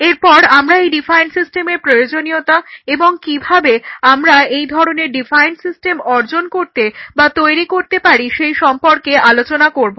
এরপর আমরা এই ডিফাইন্ড সিস্টেমের প্রয়োজনীয়তা এবং কিভাবে আমরা এই ধরনের সিস্টেম অর্জন করতে বা তৈরি করতে পারি সেই সম্পর্কে আলোচনা করব